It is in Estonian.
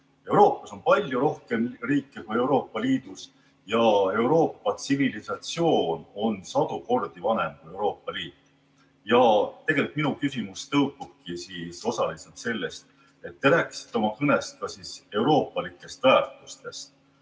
Euroopas on palju rohkem riike kui Euroopa Liidus ja Euroopa tsivilisatsioon on sadu kordi vanem kui Euroopa Liit. Ja minu küsimus tõukubki osaliselt sellest, et te rääkisite oma kõnes euroopalikest väärtustest.